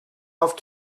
have